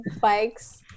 bikes